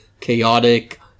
chaotic